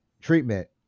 treatment